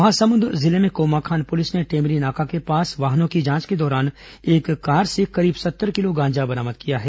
महासमुंद जिले में कोमाखान पुलिस ने टेमरीनाका के पास वाहनों की जांच के दौरान एक कार से करीब सत्तर किलो गांजा बरामद किया है